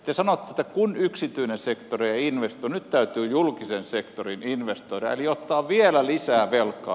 te sanotte että kun yksityinen sektori ei investoi nyt täytyy julkisen sektorin investoida eli ottaa vielä lisää velkaa